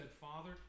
Father